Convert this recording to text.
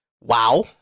wow